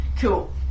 Cool